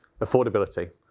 Affordability